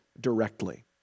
directly